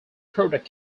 product